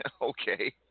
Okay